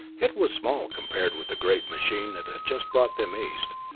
it was small compared with the great machine that had just brought them east,